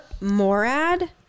Morad